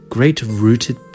Great-rooted